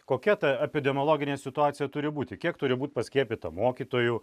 kokia ta epidemiologinė situacija turi būti kiek turi būti paskiepyta mokytojų